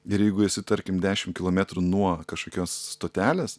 ir jeigu esi tarkim dešim kilometrų nuo kažkokios stotelės